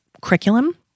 curriculum